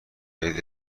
برید